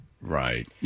Right